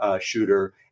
shooter